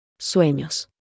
Sueños